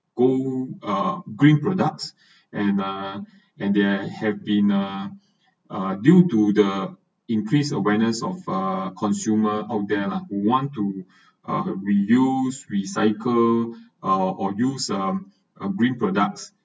go ah green products and uh and they have been uh uh due to the increase awareness of uh consumer of there lah want to reduce recycle uh or use um a green products